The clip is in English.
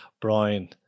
Brian